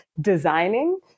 designing